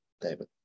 David